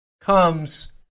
comes